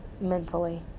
mentally